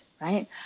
right